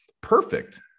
Perfect